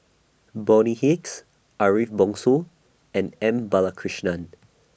Bonny Hicks Ariff Bongso and M Balakrishnan